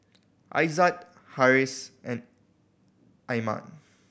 Aizat Harris and Iman